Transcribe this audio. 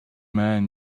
man